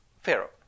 Pharaoh